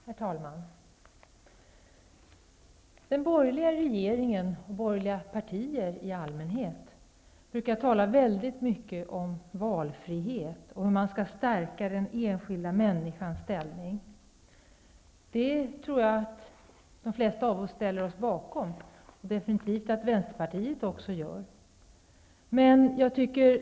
Herr talman! Den borgerliga regeringen och borgerliga partier i allmänhet brukar tala mycket om valfrihet och om hur man skall stärka den enskilda människans ställning. Det ställer nog de flesta av oss bakom, vilket också Vänsterpartiet definitivt gör.